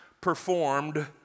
performed